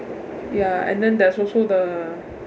ya and then there's also the